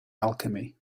alchemy